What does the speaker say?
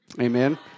Amen